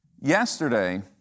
Yesterday